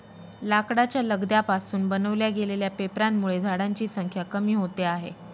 लाकडाच्या लगद्या पासून बनवल्या गेलेल्या पेपरांमुळे झाडांची संख्या कमी होते आहे